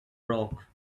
broke